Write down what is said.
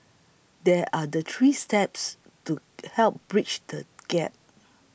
there are the three steps to help bridge the gap